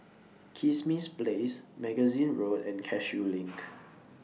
Kismis Place Magazine Road and Cashew LINK